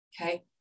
okay